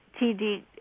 td